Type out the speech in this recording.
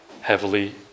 heavily